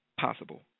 possible